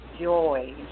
joy